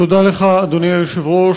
תודה לך, אדוני היושב-ראש.